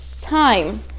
Time